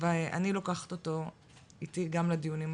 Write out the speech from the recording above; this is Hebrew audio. ואני לוקחת אותו איתי גם לדיונים הבאים.